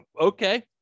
Okay